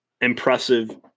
impressive